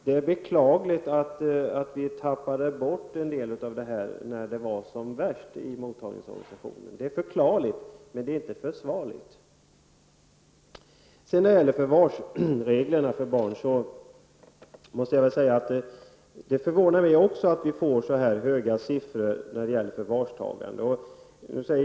Det är beklagligt att en del av detta tappades bort i mottagarorganisationen när läget var som värst. Det var visserligen förklarligt, men det var inte försvarligt. Det förvånar också mig att siffrorna är så höga när det gäller förvarstagande av barn.